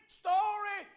story